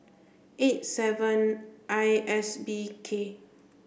eight seven I S B K